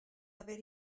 haver